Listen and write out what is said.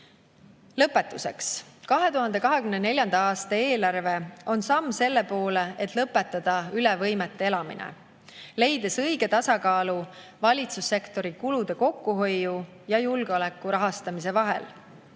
Lõpetuseks. 2024. aasta eelarve on samm selle poole, et lõpetada üle võimete elamine, leides õige tasakaalu valitsussektori kulude kokkuhoiu ja julgeoleku rahastamise vahel.